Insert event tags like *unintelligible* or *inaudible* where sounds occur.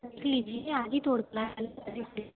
रख लीजिए आज ही तोड़ के लाए हैं *unintelligible*